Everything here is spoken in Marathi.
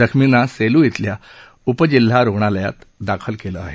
जखमींना सेलू इथल्या उपजिल्हा रुग्णालयात दाखल केलं आहे